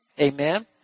Amen